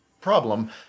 problem